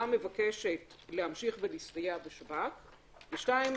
מבקשת להמשיך ולהסתייע בשב"כ ושתיים,